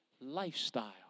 lifestyle